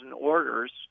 orders